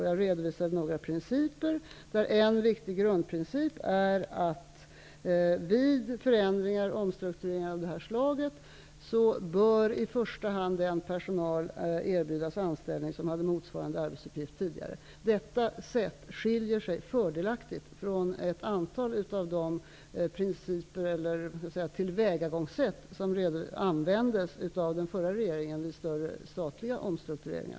Jag har redovisat några principer, varav en viktig grundprincip vid omstruktureringar av det här slaget är att den personal som hade motsvarande arbetsuppgift tidigare i första hand bör erbjudas anställning. Detta sätt skiljer sig på ett fördelaktigt sätt från några av de tillvägagångssätt som vid större statliga omstruktureringar användes av den förra regeringen.